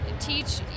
teach